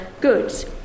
goods